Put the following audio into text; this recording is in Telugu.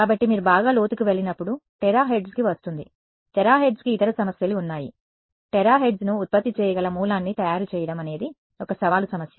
కాబట్టి మీరు బాగా లోతుకు వెళ్ళినప్పుడు టెరాహెర్ట్జ్కి వస్తుంది టెరాహెర్ట్జ్కి ఇతర సమస్యలు ఉన్నాయి టెరాహెర్ట్జ్ను ఉత్పత్తి చేయగల మూలాన్ని తయారు చేయడం అనేది ఒక సవాలు సమస్య